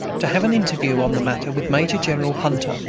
to have an interview on the matter with major-general hunter,